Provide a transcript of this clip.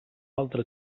altre